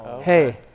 hey